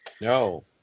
no